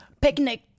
picnic